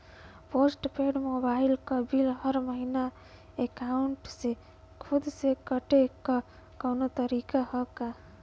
Post paid mobile क bill हर महिना एकाउंट से खुद से कटे क कौनो तरीका ह का?